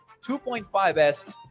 2.5S